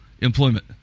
employment